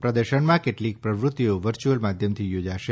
પ્રદર્શનમાં કેટલીક પ્રવૃતિઓ વર્ચ્યુઃ લ માધ્યમથી યોજાશે